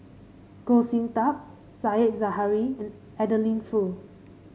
Goh Sin Tub Said Zahari and Adeline Foo